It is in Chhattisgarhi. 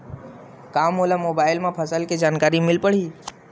का मोला मोबाइल म फसल के जानकारी मिल पढ़ही?